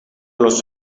los